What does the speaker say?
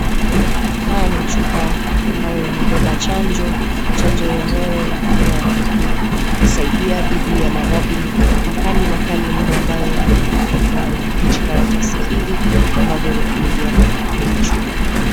Haya ni chupa ambayo yamebeba chanjo. Chanjo yenyewe ni ya kusaidia dhidi ya maradhi makalimakali mno ambayo yameandikwa kwa vijikaratasi hivi ambavyo ni vya hii chupa.